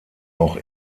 auch